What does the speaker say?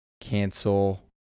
cancel